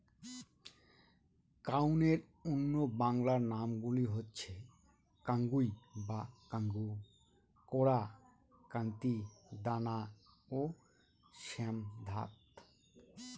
কাউনের অন্য বাংলা নামগুলো হচ্ছে কাঙ্গুই বা কাঙ্গু, কোরা, কান্তি, দানা ও শ্যামধাত